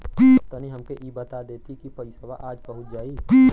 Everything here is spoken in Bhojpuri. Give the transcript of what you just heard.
तनि हमके इ बता देती की पइसवा आज पहुँच जाई?